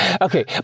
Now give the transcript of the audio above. Okay